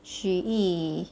徐易